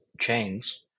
chains